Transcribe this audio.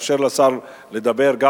בהתאם לסמכות הממשלה לפי סעיף 31(ד)